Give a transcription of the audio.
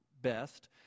best